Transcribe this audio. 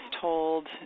told